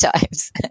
times